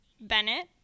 bennett